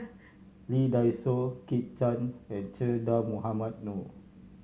Lee Dai Soh Kit Chan and Che Dah Mohamed Noor